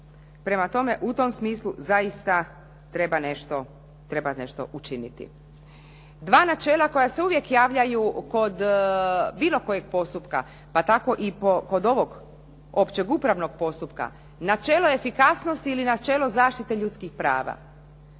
Prema tome, u tom smislu treba nešto, treba nešto učiniti. Dva načela koja se uvijek javljaju kod bilo kojeg postupka pa tako i kod ovog općeg upravnog postupka, načelo efikasnosti ili načelo zaštite ljudskih prava.